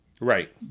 Right